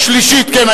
שלישית, כן.